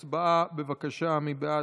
הצבעה, בבקשה, מי בעד?